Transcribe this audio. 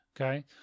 okay